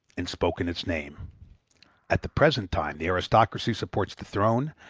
and spoke in its name at the present time the aristocracy supports the throne,